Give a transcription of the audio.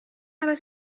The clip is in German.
aber